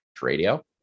radio